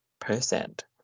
percent